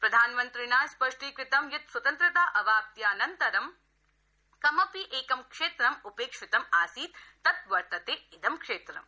प्रधानमन्त्रिणा स्पष्टीकृतं यत् स्वतन्त्रता अवाप्त्यानन्तरं कमपि एकं क्षेत्र उपेक्षितं आसीत् तत् वर्तते इदं क्षेत्रम्